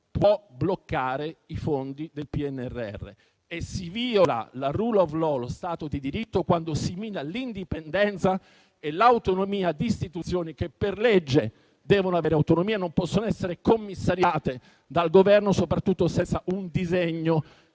può bloccare i fondi del PNRR. E si viola la *rule of law* (lo Stato di diritto) quando si minano l'indipendenza e l'autonomia di istituzioni che per legge devono averle e non possono essere commissariate dal Governo, soprattutto senza un disegno